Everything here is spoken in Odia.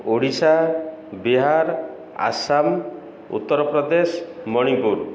ଓଡ଼ିଶା ବିହାର ଆସାମ ଉତ୍ତରପ୍ରଦେଶ ମଣିପୁର